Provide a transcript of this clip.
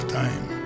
time